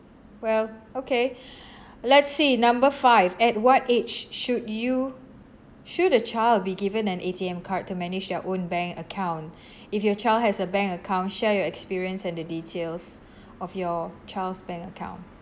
well okay let's see number five at what age should you should a child be given an A_T_M card to manage their own bank account if your child has a bank account share your experience and the details of your child's bank account